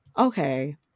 Okay